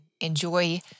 enjoy